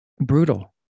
brutal